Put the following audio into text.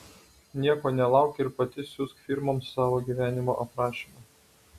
nieko nelauk ir pati siųsk firmoms savo gyvenimo aprašymą